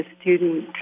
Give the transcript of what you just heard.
student